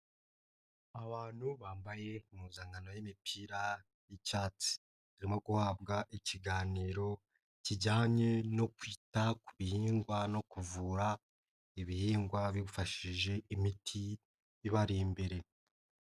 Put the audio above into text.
Abantu bambaye impuzankano y'imipira y'icyatsi, barimo guhabwa ikiganiro kijyanye no kwita ku bihingwa no kuvura ibihingwa bifashishije imiti ibari imbere.